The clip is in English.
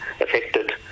affected